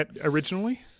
originally